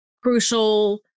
crucial